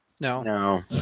no